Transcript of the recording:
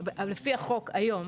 כי לפי החוק היום,